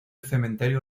cementerio